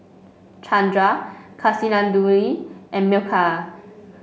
Chandra Kasinadhuni and Milkha